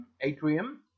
atrium